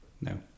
No